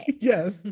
Yes